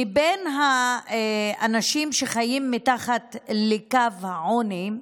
מבין האנשים שחיים מתחת לקו העוני,